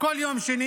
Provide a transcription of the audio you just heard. בכל יום שני